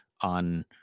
on